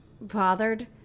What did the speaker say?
bothered